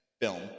film